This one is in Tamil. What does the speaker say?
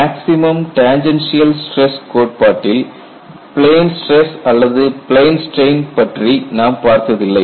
மேக்ஸிமம் டேன்ஜன்சியல் ஸ்டிரஸ் கோட்பாட்டில் பிளேன் ஸ்ட்ரெஸ் அல்லது பிளேன் ஸ்ட்ரெயின் பற்றி நாம் பார்த்ததில்லை